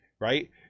Right